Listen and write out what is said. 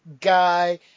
guy –